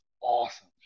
awesome